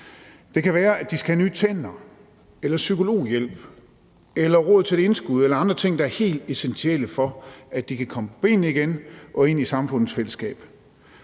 Det kan være, at de skal have nye tænder eller psykologhjælp eller råd til et indskud eller andre ting, der er helt essentielle, for at de kan komme på benene igen og ind i samfundets fællesskab.